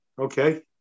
okay